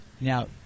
Now